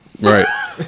right